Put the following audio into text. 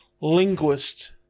linguist